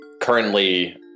currently